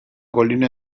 colina